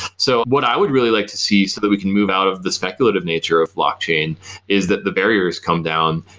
so what i would really like to see so that we can move out of this speculative nature of blockchain is that the barriers come down.